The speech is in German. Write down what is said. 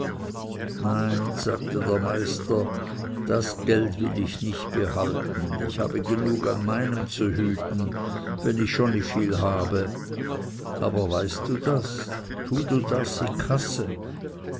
nein sagte der meister das geld will ich nicht behalten ich habe genug an meinem zu hüten wenn ich schon nicht viel habe aber weißt du was tue du das i